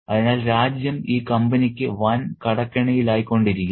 അതിനാൽ രാജ്യം ഈ കമ്പനിക്ക് വൻ കടക്കെണിയിലായി കൊണ്ടിരിക്കുന്നു